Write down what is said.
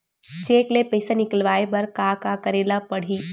Cheque ले पईसा निकलवाय बर का का करे ल पड़हि?